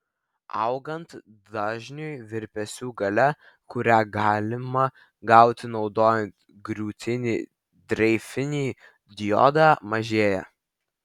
augant dažniui virpesių galia kurią galima gauti naudojant griūtinį dreifinį diodą mažėja